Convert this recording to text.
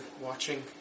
watching